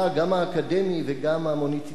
גם האקדמי וגם המוניציפלי,